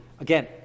Again